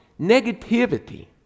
negativity